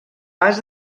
pas